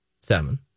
Seven